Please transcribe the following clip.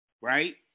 right